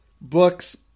books